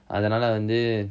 அதனால வந்து:athanala vanthu